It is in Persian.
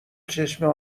چشم